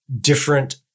different